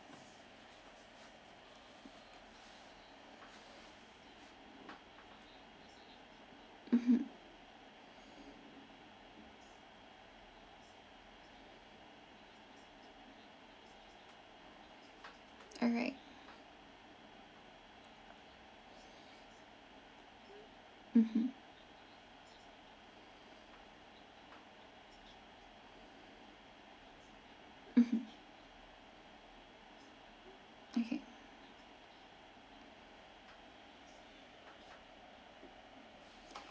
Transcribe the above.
mmhmm alright mmhmm mmhmm okay